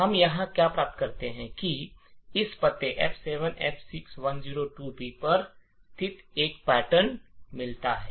हम यहां क्या प्राप्त करते हैं कि इसपते F7F6102B पर स्थित एक पैटर्न मिला है